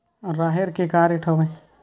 राहेर के का रेट हवय?